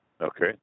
Okay